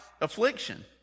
affliction